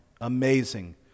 amazing